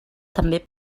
també